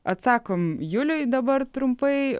atsakom juliui dabar trumpai